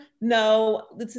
No